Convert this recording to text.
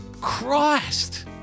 Christ